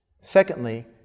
Secondly